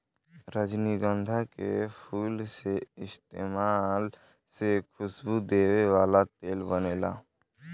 रजनीगंधा के फूल के इस्तमाल से खुशबू देवे वाला तेल बनेला